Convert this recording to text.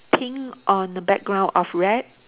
pink on the background of red